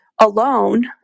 alone